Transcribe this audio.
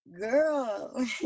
girl